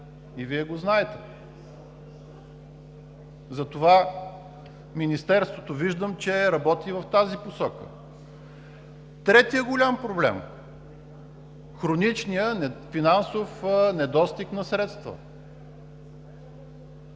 И Вие го знаете. Затова виждам, че Министерството работи в тази посока. Третият голям проблем – хроничният финансов недостиг на средства.